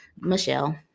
Michelle